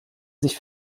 sich